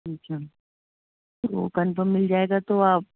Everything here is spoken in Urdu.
اچھا تو کنفرم مل جائے گا تو آپ